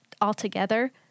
altogether